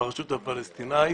ברשות הפלסטינית.